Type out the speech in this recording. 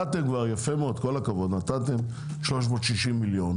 נתתם 360 מיליון.